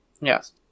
Yes